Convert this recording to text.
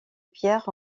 pierre